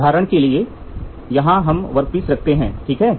उदाहरण के लिए यहाँ हम वर्कपीस रखते हैं ठीक है